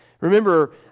Remember